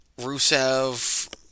Rusev